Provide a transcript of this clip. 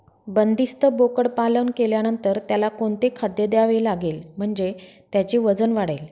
बंदिस्त बोकडपालन केल्यानंतर त्याला कोणते खाद्य द्यावे लागेल म्हणजे त्याचे वजन वाढेल?